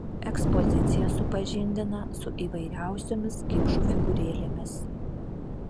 ekspozicija supažindina su įvairiausiomis kipšų figūrėlėmis